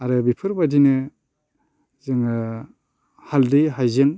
आरो बेफोरबायदिनो जोङो हाल्दै हायजें